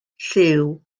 llyw